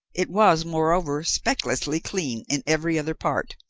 it was, moreover, specklessly clean in every other part.